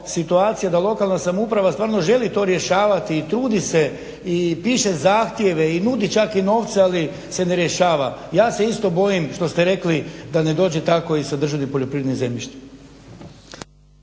da lokalna samouprava stvarno želi to rješavati i trudi se i piše zahtjeve i nudi čak i novce ali se ne rješava. Ja se isto bojim što ste rekli da ne dođe tako i sa državnim poljoprivrednim zemljištem.